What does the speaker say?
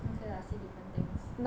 okay lah see different things